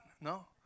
No